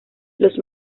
los